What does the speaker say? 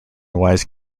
wise